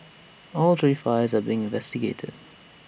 all three fires are being investigated